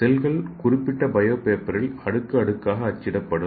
செல்கள் குறிப்பிட்ட பயோ பேப்பரில் அடுக்கு அடுக்காக அச்சிடப்படும்